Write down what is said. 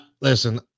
listen